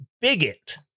bigot